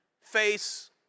face